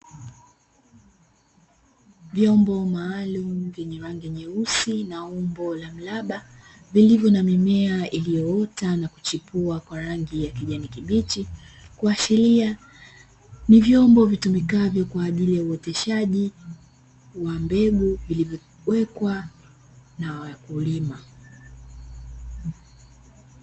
Vyombo maalumu vyenye rangi nyeusi na umbo la mraba, vilivyo na mimea iliyoota na kuchipua kwa rangi ya kijani kibichi, kuashiria ni vyombo vitumikavyo kwa ajili ya uoteshaji wa mbegu vilivyowekwa na wakulima.